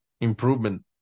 improvement